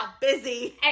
busy